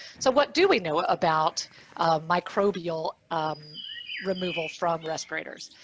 so what do we know about microbial removal from respirators?